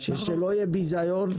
שלא יהיה ביזיון,